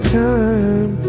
time